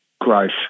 growth